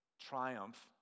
triumph